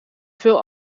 veel